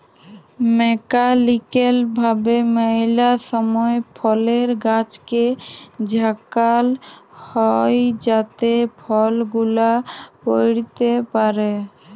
mechanical ভাবে ম্যালা সময় ফলের গাছকে ঝাঁকাল হই যাতে ফল গুলা পইড়তে পারে